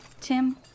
Tim